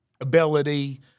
ability